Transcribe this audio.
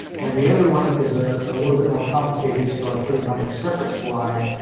and the other one is ah a little bit more complicated, so i put it on a separate slide.